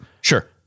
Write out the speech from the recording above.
Sure